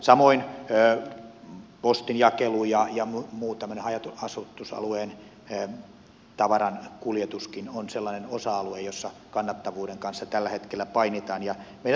samoin postinjakelu ja muukin tämmöinen haja asutusalueen tavarankuljetus on sellainen osa alue jossa kannattavuuden kanssa tällä hetkellä painitaan